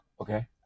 Okay